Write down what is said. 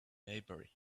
maybury